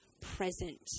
present